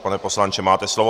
Pane poslanče, máte slovo.